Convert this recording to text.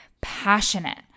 passionate